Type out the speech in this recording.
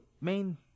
main